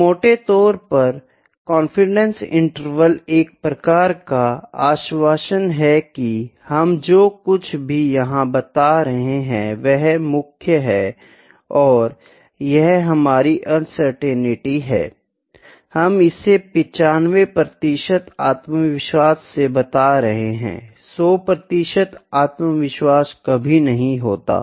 तो मोटे तौर पर कॉन्फिडेंस इंटरवल एक प्रकार का आश्वासन है कि हम जो कुछ भी यहाँ बता रहे है वह मुख्य है और यह हमारी अनसर्टेनिटी है हम इसे 95 प्रतिशत आत्मविश्वास से बता रहे हैं 100 प्रतिशत आत्मविश्वास कभी नहीं होता